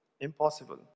impossible